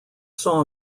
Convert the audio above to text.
saw